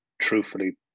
truthfully